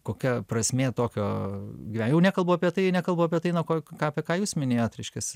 kokia prasmė tokio gyvenimo jau nekalbu apie tai nekalbu apie tai nuo ko ką apie ką jūs minėjot reiškias